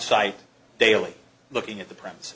site daily looking at the prin